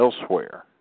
elsewhere